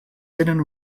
tenen